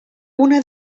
una